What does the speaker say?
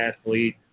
athlete